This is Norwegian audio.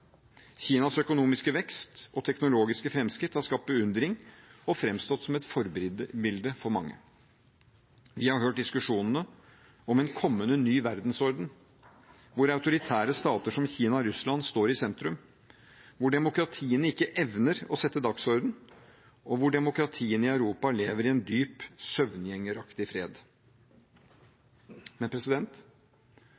Kinas økonomiske vekst og teknologiske framskritt har skapt beundring og framstått som et forbilde for mange. Vi har hørt diskusjonene om en kommende ny verdensorden hvor autoritære stater som Kina og Russland står i sentrum, hvor demokratiene ikke evner å sette dagsorden, og hvor demokratiene i Europa lever i en dyp, søvngjengeraktig fred.